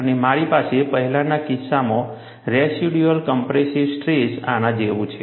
અને મારી પાસે પહેલાના કિસ્સામાં રેસિડ્યુઅલ કોમ્પ્રેસિવ સ્ટ્રેસ આના જેવું છે